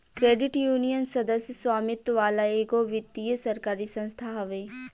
credit union, सदस्य स्वामित्व वाला एगो वित्तीय सरकारी संस्था हवे